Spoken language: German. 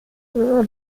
der